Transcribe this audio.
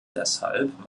deshalb